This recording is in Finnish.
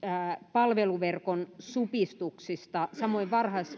palveluverkon supistuksista samoin